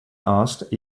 asked